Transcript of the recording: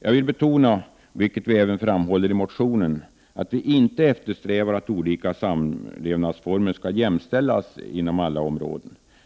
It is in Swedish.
Jag vill betona, vilket vi även framhåller i motionen, att vi inte eftersträvar att olika samlevnadsformer skall jämställas inom alla områden.